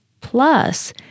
plus